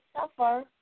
suffer